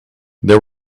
they